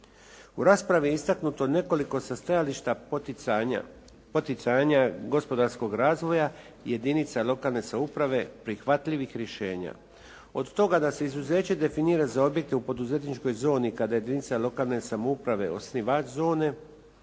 U raspravi je istaknuto nekoliko sastajališta poticanja gospodarskog razvoja i jedinica lokalne samouprave prihvatljivih rješenja. Od toga da se izuzeće definira za objekte u poduzetničkoj zoni kada je jedinica lokalne samouprave osnivač zone,